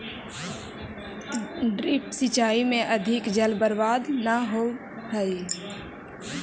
drip सिंचाई में अधिक जल बर्बाद न होवऽ हइ